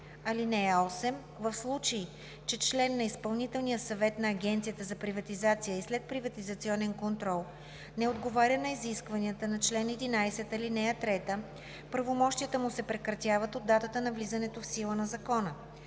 закона. (8) В случай че член на изпълнителния съвет на Агенцията за приватизация и следприватизационен контрол не отговаря на изискванията на чл. 11, ал. 3, правомощията му се прекратяват от датата на влизането в сила на закона.